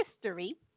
history